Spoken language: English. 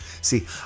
See